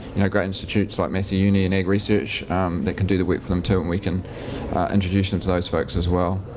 you know grattan institute, so like massey uni and agresearch can do the work for them too, and we can introduce them to those folks as well.